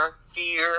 fear